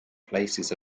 places